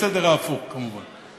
בסדר ההפוך, כמובן.